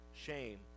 shame